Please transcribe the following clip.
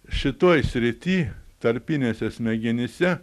šitoj srityj tarpinėse smegenyse